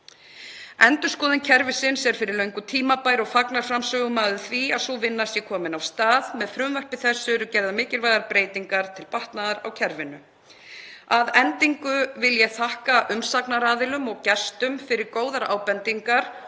Endurskoðun kerfisins er fyrir löngu tímabær og fagnar framsögumaður því að sú vinna sé komin af stað. Með frumvarpi þessu eru gerðar mikilvægar breytingar til batnaðar á kerfinu. Að endingu vil ég þakka umsagnaraðilum og gestum fyrir góðar ábendingar